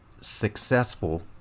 successful